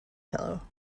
pillow